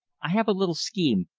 i have a little scheme,